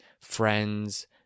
friends